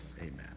Amen